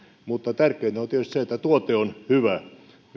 mutta tärkeintä on tietysti se että tuote on hyvä